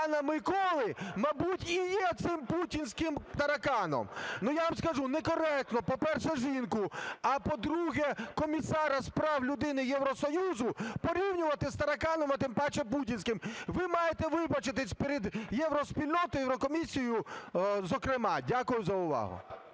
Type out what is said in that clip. Дякую за увагу.